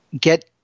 get